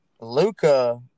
Luca